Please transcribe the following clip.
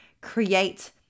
create